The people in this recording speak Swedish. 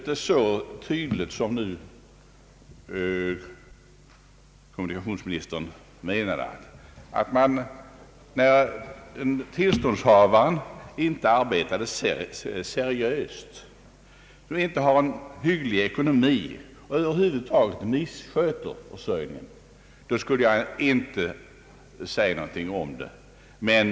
Om lagtexten hade givits det innehållet — som kommunikationsministern nyss lade in i detsamma — d.v.s. att kommun endast skall ha företräde när tillståndsinnehavaren inte har skött företaget seriöst, utan missskött trafikförsörjningen och saknar de ekonomiska förutsättningarna skulle jag inte ha någonting att invända.